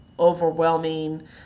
overwhelming